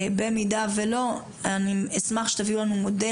במידה ולא אני אשמח שתביאו לנו מודל